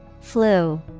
Flu